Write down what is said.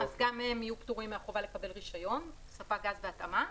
אז גם הם יהיו פטורים מהחובה לקבל רישיון ספק גז בהתאמה.